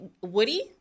Woody